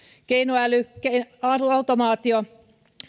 keinoäly automaatio